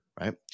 right